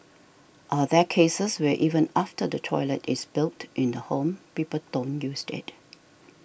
are there cases where even after the toilet is built in the home people don't use it